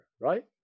right